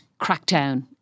crackdown